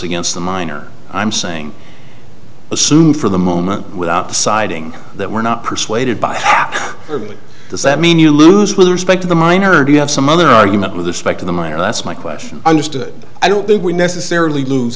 against a minor i'm saying assume for the moment without deciding that we're not persuaded by half of the mean you lose with respect to the minor do you have some other argument with the spec to the matter that's my question understood i don't think we necessarily lose